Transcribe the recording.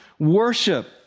worship